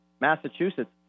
Massachusetts